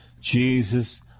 Jesus